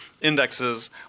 indexes